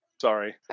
Sorry